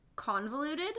convoluted